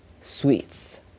sweets